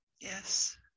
Yes